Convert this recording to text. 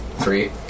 three